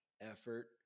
effort